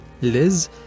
Liz